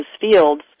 fields